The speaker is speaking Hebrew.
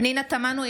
פנינה תמנו,